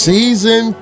Season